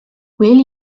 will